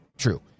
true